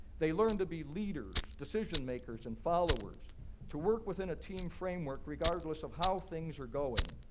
they learn to be leaders, decision makers, and followers to work within a team framework regardless of how things are going.